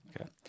Okay